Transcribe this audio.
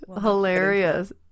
hilarious